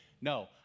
no